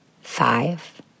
five